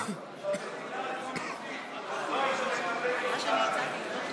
במדינה הדו-לאומית לא היית מקבל תוצאה כזאת,